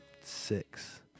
six